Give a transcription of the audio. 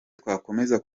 twakomeza